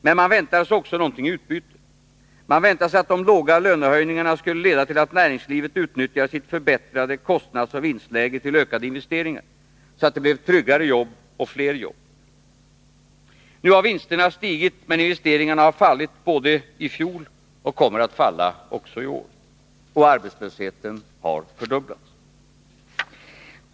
Men man väntade sig också någonting i utbyte. Man väntade sig att de låga lönehöjningarna skulle leda till att näringslivet utnyttjade sitt förbättrade kostnadsoch vinstläge till ökade investeringar, så att det blev tryggare jobb och fler jobb. Nu har vinsterna stigit, men investeringarna har fallit i fjol och kommer att falla också i år. Och arbetslösheten har fördubblats.